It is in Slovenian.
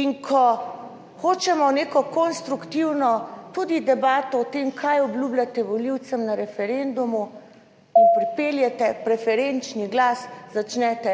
In ko hočemo neko konstruktivno, tudi debato o tem, kaj obljubljate volivcem na referendumu / znak za konec razprave/ in pripeljete preferenčni glas, začnete